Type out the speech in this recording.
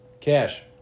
Cash